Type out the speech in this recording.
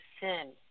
sin